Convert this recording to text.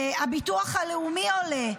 הביטוח הלאומי עולה.